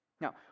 Now